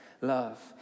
love